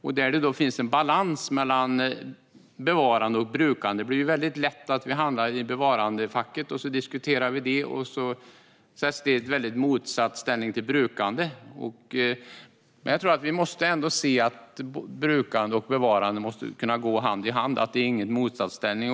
Vi måste ha en balans mellan bevarande och brukande. Vi hamnar lätt i bevarandefacket, och där ställs bevarande och brukande mot varandra. Vi måste dock se att bevarande och brukande kan gå hand i hand och inte är i motsatsställning.